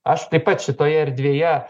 aš taip pat šitoje erdvėje